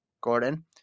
Gordon